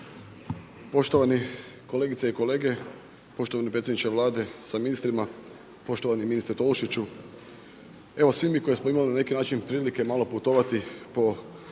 Poštovane kolegice i kolege, poštovani predsjedniče Vlade sa ministrima. Poštovani ministre Tolušiću, evo svi mi koji smo imali na neki način prilike malo putovati po